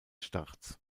starts